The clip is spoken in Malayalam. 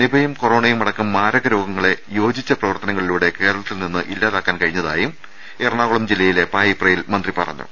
നിപയും കൊറോണയും അടക്കം മാരക രോഗങ്ങളെ യോജിച്ച പ്രവർത്തനങ്ങളിലൂടെ കേരളത്തിൽ നിന്ന് ഇല്ലാതാക്കാൻ കഴിഞ്ഞ തായും എറണാകുളം ജില്ലയിലെ പായിപ്രയിൽ മന്ത്രി പറഞ്ഞു